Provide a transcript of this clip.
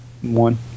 one